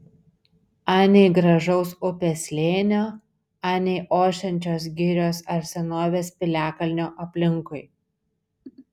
anei gražaus upės slėnio anei ošiančios girios ar senovės piliakalnio aplinkui